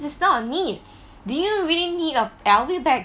it's not a need do you really need a L_V bag